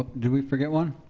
did we forget one?